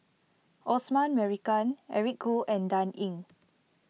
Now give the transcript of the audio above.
Osman Merican Eric Khoo and Dan Ying